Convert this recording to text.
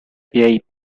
eight